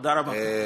תודה רבה.